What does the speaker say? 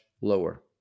lower